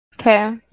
Okay